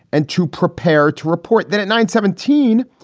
and to prepare to report that at nine seventeen,